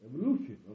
Evolution